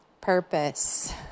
purpose